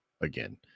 again